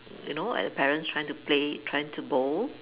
you know at your parents trying to play trying to bowl